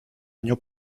año